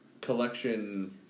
collection